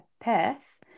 Perth